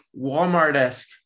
Walmart-esque